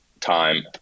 time